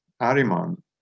Ariman